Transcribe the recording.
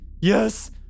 yes